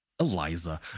Eliza